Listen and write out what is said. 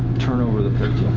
turn over the